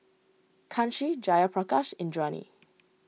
Kanshi Jayaprakash Indranee